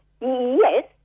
yes